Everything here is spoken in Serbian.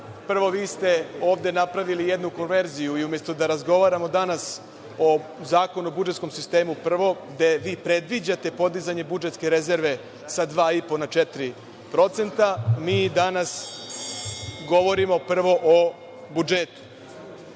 prvo vi ste ovde napravili jednu konverziju. Umesto da razgovaramo danas o Zakonu o budžetskom sistemu prvo, gde vi predviđate podizanje budžetske rezerve sa 2,5 na 4%, mi danas govorimo prvo o budžetu.